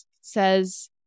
says